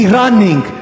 running